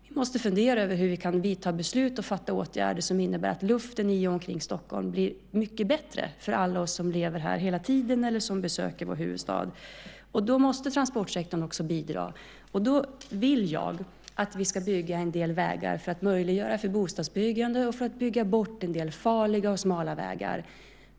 Vi måste fundera över hur vi kan vidta åtgärder och fatta beslut som innebär att luften i och omkring Stockholm blir mycket bättre för alla som lever här hela tiden eller som besöker vår huvudstad. Då måste transportsektorn bidra. Då vill jag att vi ska bygga en del vägar för att möjliggöra för bostadsbyggande och för att bygga bort en del farliga och smala vägar.